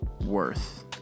worth